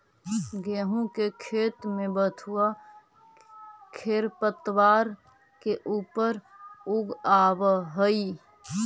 गेहूँ के खेत में बथुआ खेरपतवार के ऊपर उगआवऽ हई